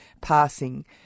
passing